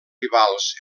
rivals